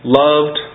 loved